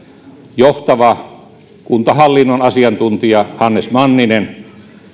johtava kuntahallinnon asiantuntija hannes manninen